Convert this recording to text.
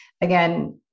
again